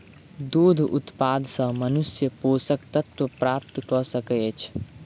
दूध उत्पाद सॅ मनुष्य पोषक तत्व प्राप्त कय सकैत अछि